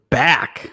back